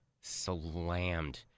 slammed